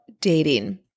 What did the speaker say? dating